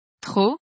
Trop